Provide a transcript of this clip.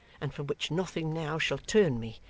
and from which nothing now shall turn me,